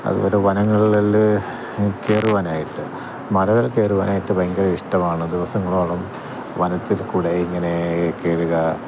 അതുപോലെ വനങ്ങളില് കയറുവാനായിട്ട് മലകൾ കയറുവാനായിട്ട് ഭയങ്കര ഇഷ്ടമാണ് ദിവസങ്ങളോളം വനത്തിൽ കൂടെ ഇങ്ങനെ കയറുക